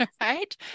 right